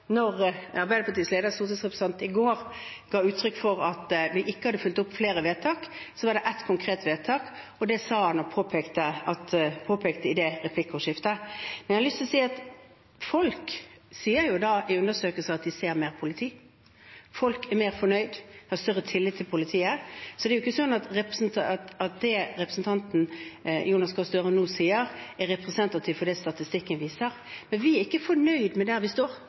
i går ga uttrykk for at vi ikke hadde fulgt opp flere vedtak, var det ett konkret vedtak, og det sa han og påpekte i det replikkordskiftet. Jeg har lyst til å si at folk sier i undersøkelser at de ser mer politi. Folk er mer fornøyd, de har større tillit til politiet. Så det er ikke slik at det representanten Jonas Gahr Støre nå sier, er representativt for det statistikken viser. Men vi er ikke fornøyd med hvor vi vi står.